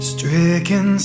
Stricken